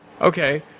Okay